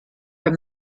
from